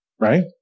Right